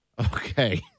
Okay